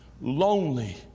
lonely